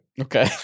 Okay